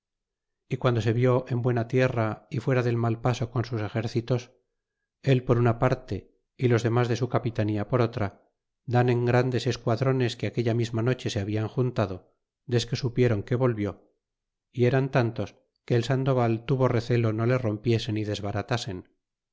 y guando se vió en buena tierra y fuera del mal paso con sus exércitos él por una parte y los demas de su capitanía por otra dan en grandes esquadrones que aquella misma noche se habian juntado desque supiéron que volvió y eran tantos que el sandoval tuvo rezelo no le rompiesen y desbaratasen